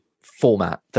format